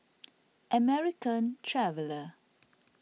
American Traveller